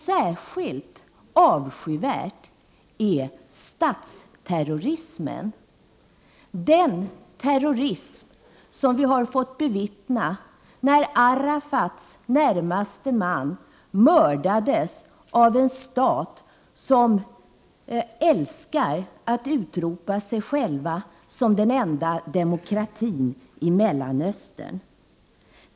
Särskilt avskyvärd är statsterrorismen, den terrorism som vi har fått bevittna när Arafats närmaste man mördades av én stat som älskar att utropa sig själv som den-enda demokratin i Mellanöstern.